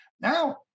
Now